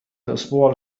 الأسبوع